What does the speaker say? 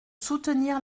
soutenir